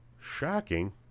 shocking